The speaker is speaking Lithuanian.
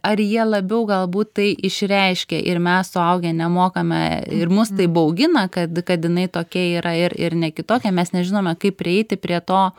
ar jie labiau galbūt tai išreiškia ir mes suaugę nemokame ir mus tai baugina kad kad jinai tokia yra ir ne kitokia mes nežinome kaip prieiti prie to